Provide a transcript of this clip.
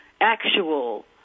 actual